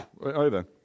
over